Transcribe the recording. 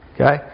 Okay